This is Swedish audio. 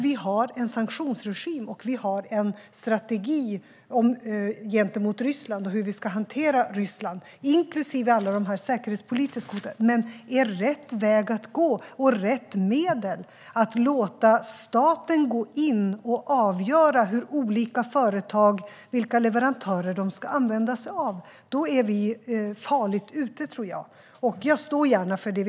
Vi har en sanktionsregim och en strategi gentemot Ryssland och hur vi ska hantera Ryssland inklusive alla de säkerhetspolitiska frågorna. Men är rätt väg att gå och rätt medel att låta staten gå in och avgöra för olika företag vilka leverantörer de ska använda sig av? Då tror jag att vi är farligt ute. Jag står gärna för det.